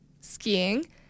skiing